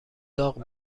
داغ